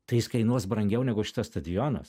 tai jis kainuos brangiau negu šitas stadionas